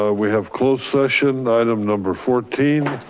ah we have closed session item number fourteen.